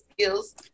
skills